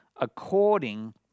according